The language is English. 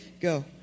Go